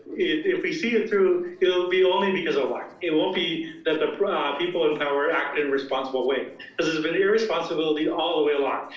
if we see it through, it'll be only because of what? it won't be that the people in power acted in a responsible way has has been irresponsibility all the way along.